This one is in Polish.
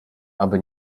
aby